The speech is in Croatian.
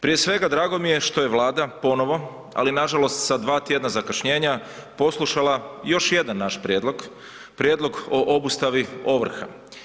Prije svega drago mi je što je Vlada ponovo, ali nažalost sa 2 tjedna zakašnjenja poslušala još jedan naš prijedlog, prijedlog o obustavi ovrha.